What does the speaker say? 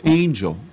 angel